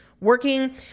working